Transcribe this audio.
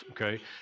okay